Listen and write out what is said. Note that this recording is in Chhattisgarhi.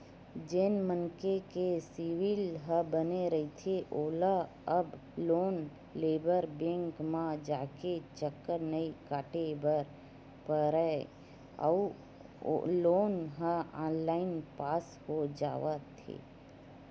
जेन मनखे के सिविल ह बने रहिथे ओला अब लोन लेबर बेंक म जाके चक्कर नइ काटे बर परय अउ लोन ह ऑनलाईन पास हो जावत हे